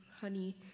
honey